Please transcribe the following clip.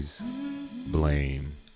Blame